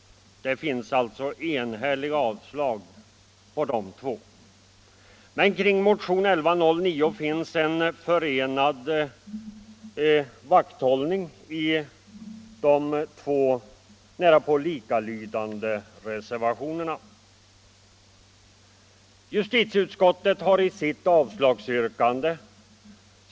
Det finns således enhälliga yrkanden om avslag beträffande dessa två motioner. Men kring motionen 1109 finns en förenad vakthållning i de två närapå likalydande reservationerna. Justitieutskottet har i sitt avslagsyrkande.